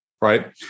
Right